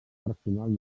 personal